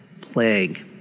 plague